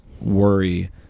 worry